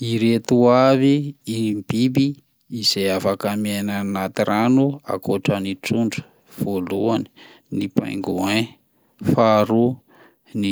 Ireto avy ireo biby izay afaka miaina any anaty rano ankoatran'ny trondro: voalohany ny pingouin, faharoa ny